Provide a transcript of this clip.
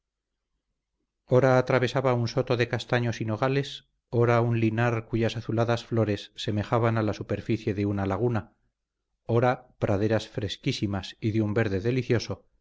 atravesaba un soto de castaños y nogales ora un linar cuyas azuladas flores semejaban la superficie de una laguna ora praderas fresquísimas y de un verde delicioso